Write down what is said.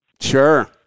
Sure